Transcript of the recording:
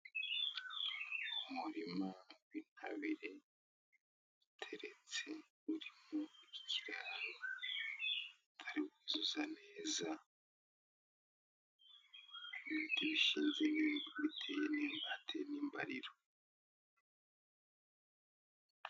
Umurima w'intabire uteretse, urimo ikiraro batari buzuza neza, n'ibiti bishinze bateye n'imbariro.